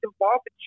involved